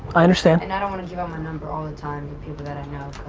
i understand. and i don't want to give out my number all the time to people that i know